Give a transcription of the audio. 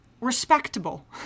respectable